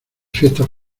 fiestas